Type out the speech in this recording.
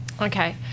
Okay